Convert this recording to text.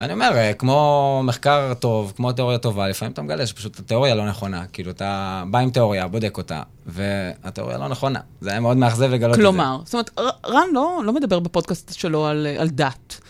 אני אומר, כמו מחקר טוב, כמו תיאוריה טובה, לפעמים אתה מגלה שפשוט התיאוריה לא נכונה. כאילו, אתה בא עם תיאוריה, בודק אותה, והתיאוריה לא נכונה. זה היה מאוד מאכזב לגלות את זה. כלומר, זאת אומרת, רן לא מדבר בפודקאסט שלו על דת.